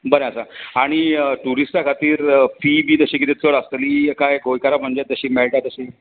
बरें आसा आनी टुरिस्टां खातीर फि बी तशीं कितें चड आसतली काय गोंयकारांक म्हणजे मेळटा तशीच